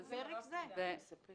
זה המתווה.